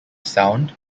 sound